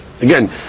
Again